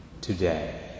today